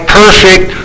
perfect